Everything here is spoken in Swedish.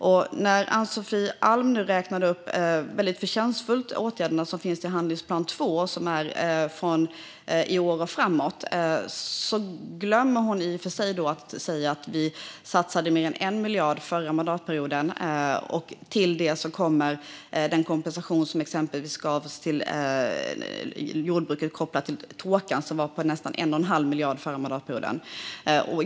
När Ann-Sofie Alm nu väldigt förtjänstfullt räknade upp de åtgärder som finns i handlingsplan 2, som gäller från detta år och framåt, glömmer hon i och för sig att säga att vi under den förra mandatperioden satsade mer än 1 miljard. Till det kommer exempelvis den kompensation på nästan 1 1⁄2 miljard som förra mandatperioden gavs till jordbruket på grund av torkan.